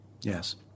Yes